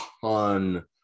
ton